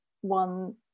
one